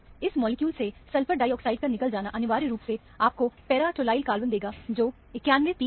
इस मॉलिक्यूल से sulphur dioxide का निकल जाना अनिवार्य रूप से आपको पैरा टॉलयल कटायन देगा जो 91 पिक है